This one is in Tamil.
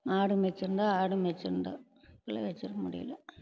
ஆடு மேய்ச்சிருந்தால் ஆடு மேய்ச்சிருந்தால் இல்லை வச்சிருக்க முடியலை